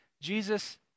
Jesus